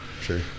Sure